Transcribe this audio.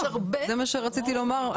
זה מה שרציתי לומר.